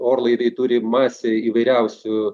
orlaiviai turi masę įvairiausių